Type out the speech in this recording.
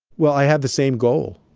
well, i have the same goal.